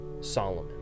Solomon